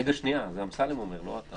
רגע שנייה זה אמסלם אומר, לא אתה.